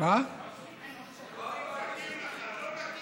לא מתאים לך.